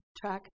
track